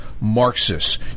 Marxists